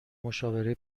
مشاوره